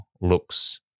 looks